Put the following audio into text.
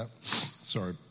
sorry